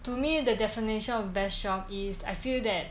to me the definition of best job is I feel that